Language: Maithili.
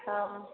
हँ